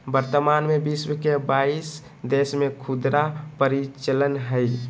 वर्तमान में विश्व के बाईस देश में खुदरा परिचालन हइ